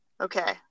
Okay